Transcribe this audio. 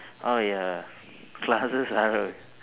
uh ya classes are